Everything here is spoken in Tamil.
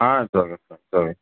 ah it's okay sir okay